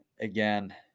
Again